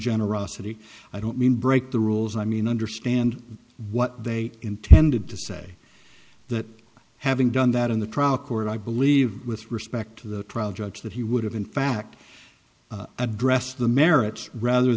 generosity i don't mean break the rules i mean understand what they intended to set that having done that in the trial court i believe with respect to the trial judge that he would have in fact addressed the merits rather